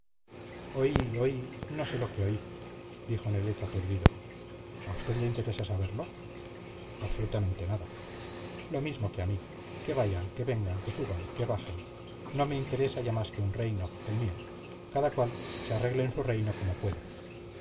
oí oí no sé lo que oí dijo nelet aturdido a usted le interesa saberlo absolutamente nada lo mismo que a mí que vayan que vengan que suban que bajen no me interesa ya más que un reino el mío cada cual se arregle en su reino como pueda